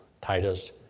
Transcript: Titus